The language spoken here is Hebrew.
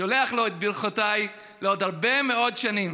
שולח לו את ברכותיי לעוד הרבה מאוד שנים